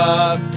up